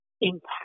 impact